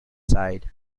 side